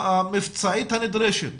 המבצעית הנדרשת